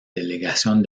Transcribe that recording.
delegación